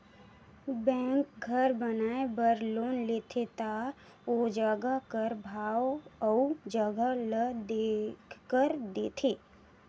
bank घर बनाए बर लोन देथे ता ओ जगहा कर भाव अउ जगहा ल देखकर देथे